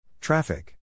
Traffic